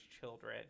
children